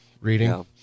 reading